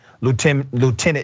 Lieutenant